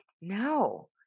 no